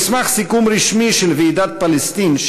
במסמך סיכום רשמי של ועידת פלסטין,